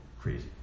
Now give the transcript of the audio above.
crazy